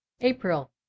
April